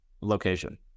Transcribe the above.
location